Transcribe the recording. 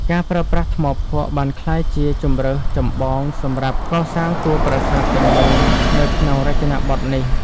ការប្រើប្រាស់ថ្មភក់បានក្លាយជាជម្រើសចម្បងសម្រាប់កសាងតួប្រាសាទទាំងមូលនៅក្នុងរចនាបថនេះ។